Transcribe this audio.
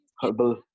herbal